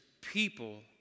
people